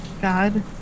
god